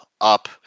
up